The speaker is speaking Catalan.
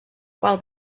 qual